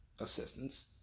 assistance